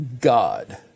God